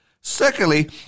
Secondly